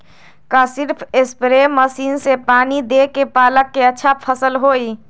का सिर्फ spray machine से पानी देके पालक के अच्छा फसल होई?